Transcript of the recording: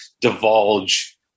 divulge